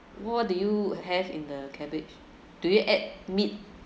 what do you have in the cabbage do you add meat